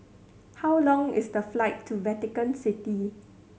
how long is the flight to Vatican City